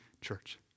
church